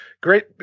Great